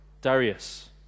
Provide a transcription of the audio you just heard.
Darius